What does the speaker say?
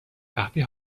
وقتی